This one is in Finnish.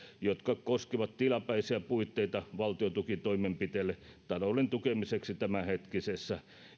joka koskee tilapäisiä puitteita valtiontukitoimenpiteille talouden tukemiseksi tämänhetkisessä